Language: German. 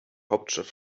hauptstadt